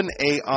OpenAI